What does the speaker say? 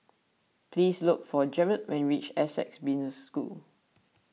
please look for Jared when you reach Essec Business School